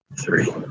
three